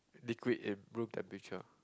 liquid in room temperature